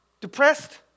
Depressed